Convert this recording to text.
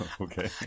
Okay